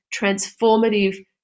transformative